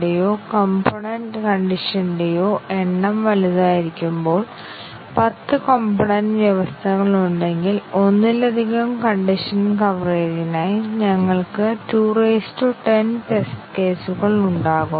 അതിനാൽ പലരും ഈ തെറ്റ് ചെയ്യുന്നു കാരണം അവർ 3 മുതൽ 4 വരെ കൺട്രോൾ ട്രാൻസ്ഫർ വരയ്ക്കുന്നു എന്നാൽ മൂന്നിൽ നിന്ന് നാല് വരെയുള്ള കൺട്രോൾ ട്രാൻസ്ഫർ സംഭവിക്കുന്നില്ല അത് വരയ്ക്കരുത്